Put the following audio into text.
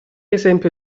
esempio